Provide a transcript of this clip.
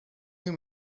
him